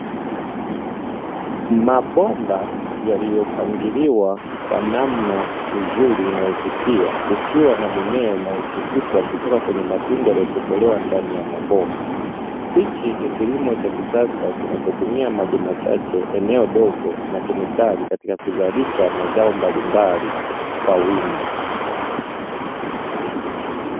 Mabomba yaliyopangiliwa kwa namna nzuri inayovutia, kukiwa na mimea inayochipushwa kutoka kwenye matundu yaliyotobolewa ndani ya mabomba. Hichi ni kilimo cha kisasa kinachotumia maji machache, eneo dogo na kemikali katika kuzalisha mazao mbalimbali kwa wingi.